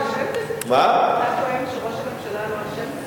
אתה טוען שראש הממשלה לא אשם בזה?